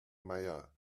meier